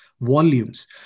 volumes